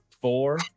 four